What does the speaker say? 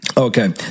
Okay